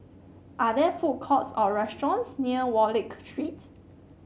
are there food courts or restaurants near Wallich Street